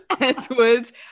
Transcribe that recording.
Edward